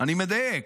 אני מדייק: